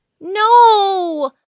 No